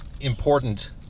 important